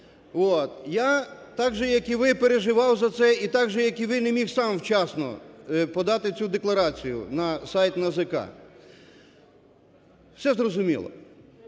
Я так же, як і ви, переживав за це, і так же, як і ви, не міг сам вчасно подати цю декларацію на сайт НАЗК. Все зрозуміло.